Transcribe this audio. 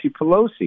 Pelosi